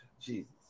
Jesus